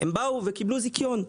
ומקבלות זיכיון.